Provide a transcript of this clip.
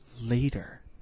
Later